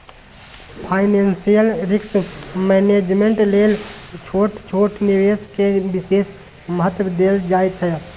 financial risk management लेल छोट छोट निवेश के विशेष महत्व देल जाइ छइ